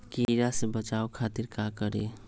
कीरा से बचाओ खातिर का करी?